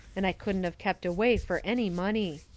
and i couldn't of kept away fur any money.